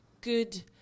good